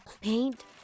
paint